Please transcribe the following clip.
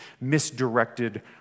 misdirected